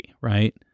right